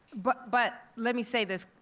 but but let me say this,